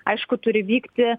aišku turi vykti